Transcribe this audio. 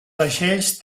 vaixells